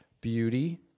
Beauty